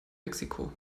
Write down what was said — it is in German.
mexiko